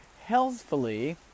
healthfully